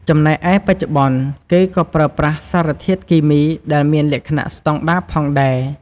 ចំណែកឯបច្ចុប្បន្ន គេក៏ប្រើប្រាស់សារធាតុគីមីដែលមានលក្ខណៈស្តង់ដារផងដែរ។